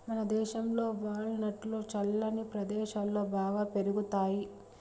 మనదేశంలో వాల్ నట్లు చల్లని ప్రదేశాలలో బాగా పెరుగుతాయి